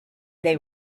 they